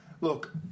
look